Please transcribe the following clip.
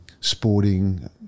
sporting